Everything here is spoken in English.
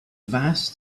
vast